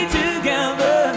together